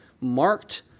marked